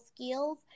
skills